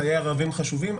חיי ערבים חשובים.